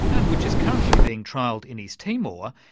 and which is currently being trialled in east timor,